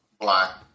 Black